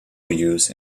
use